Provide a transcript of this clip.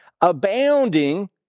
abounding